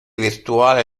virtuale